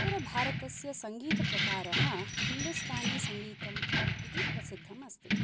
उत्तरभारतस्य सङ्गीतप्रकारः हिन्दुस्तानीसङ्गीतम् इति प्रसिद्धमस्ति